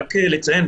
רק לציין.